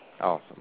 Awesome